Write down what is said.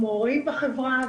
אנחנו מעורים בחברה,